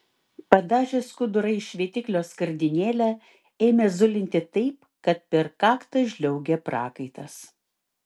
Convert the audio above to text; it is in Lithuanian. padažęs skudurą į šveitiklio skardinėlę ėmė zulinti taip kad per kaktą žliaugė prakaitas